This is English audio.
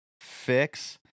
fix